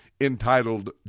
entitled